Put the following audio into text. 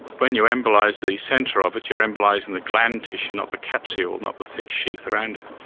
when you embolise the centre of it you are embolising the gland tissue, not the capsule, not the thick sheath around it,